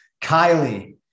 Kylie